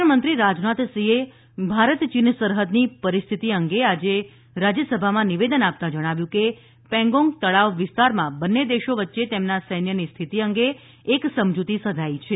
સંરક્ષણમંત્રી રાજનાથસિંહે ભારત ચીન સરહદની પરિસ્થિતિ અંગે આજે રાજ્યસભામાં નિવેદન આપતાં જણાવ્યું હતું કે પેર્ગોંગ તળાવ વિસ્તારમાં બંને દેશો વચ્ચે તેમના સૈન્યની સ્થિતિ અંગે એક સમજુતી સધાઈ છે